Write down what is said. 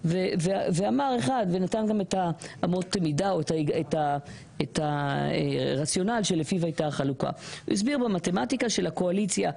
ואפשרתם לנורמות האתיות של הבית הזה להתדרדר בהעדר ועדת אתיקה,